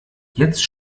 jetzt